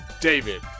David